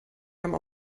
einem